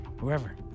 Whoever